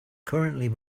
currently